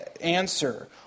answer